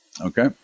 okay